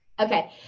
Okay